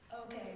Okay